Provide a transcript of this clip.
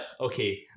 Okay